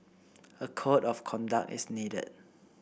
a code of conduct is needed